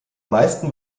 meisten